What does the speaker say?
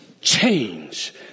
change